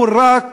הוא רק